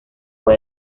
fue